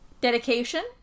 Dedication